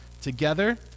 together